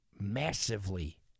massively